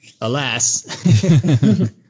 alas